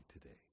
today